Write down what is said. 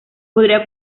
podría